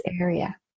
area